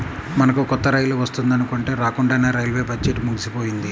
మనకు కొత్త రైలు వస్తుందనుకుంటే రాకండానే రైల్వే బడ్జెట్టు ముగిసిపోయింది